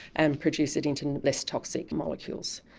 and produce it into less toxic molecules.